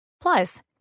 Plus